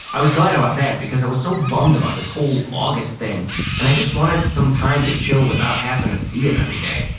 i was glad about that because i was so bummed about this whole august thing and i just wanted some time to chill without having to see him every day.